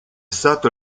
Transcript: stato